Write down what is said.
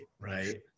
right